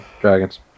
Dragons